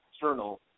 Journal